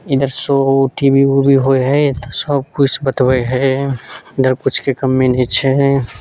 इधर show TV उबी होइ हय तऽ सबकिछु बतबै हय इधर कुछके कमी नहि छै